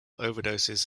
overdoses